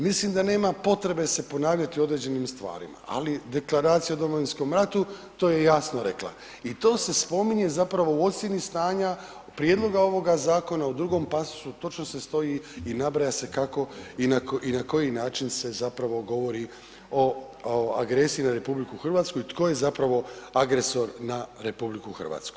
Mislim da nema potrebe se ponavljati u određenim stvarima, ali Deklaracija o domovinskom ratu to je jasno rekla i to se spominje zapravo u ocjeni stanja prijedloga ovoga zakona u drugom pasusu točno se stoji i nabraja se kako i na koji način se zapravo govori o agresiji na RH i tko je zapravo agresor na RH.